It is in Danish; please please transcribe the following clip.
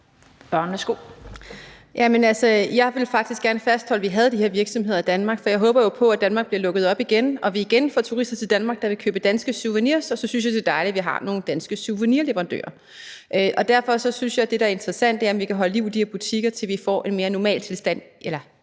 (V): Jamen jeg vil faktisk gerne fastholde, at vi har de her virksomheder i Danmark, så jeg håber jo på, at Danmark bliver lukket op igen, og at vi igen får turister til Danmark, der vil købe danske souvenirs, og så synes jeg, at det er dejligt, at vi har nogle danske souvenirleverandører. Derfor synes jeg, at det, der er interessant, er, om vi kan holde liv i de her virksomheder, indtil vi får en mere normal tilstand